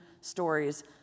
stories